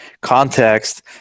context